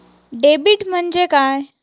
Debit म्हणजे काय?